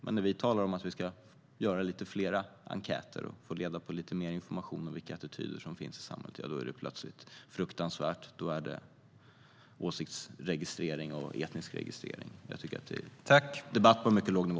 Men när vi säger att vi ska göra lite fler enkäter och få reda på lite mer information om vilka attityder som finns i samhället, då är det plötsligt fruktansvärt, då är det åsiktsregistrering och etnisk registrering. Jag tycker att det är en debatt på mycket låg nivå.